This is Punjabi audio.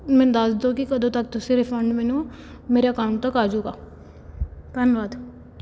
ਮੈਨੂੰ ਦੱਸ ਦਿਓ ਕਿ ਕਦੋਂ ਤੱਕ ਤੁਸੀਂ ਰਿਫੰਡ ਮੈਨੂੰ ਮੇਰੇ ਅਕਾਊਂਟ ਤੱਕ ਆ ਜੂਗਾ ਧੰਨਵਾਦ